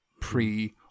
pre